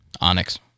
Onyx